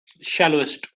shallowest